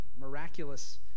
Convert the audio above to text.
miraculous